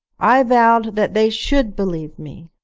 i vowed that they should believe me.